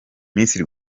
miss